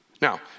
Now